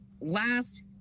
last